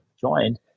joined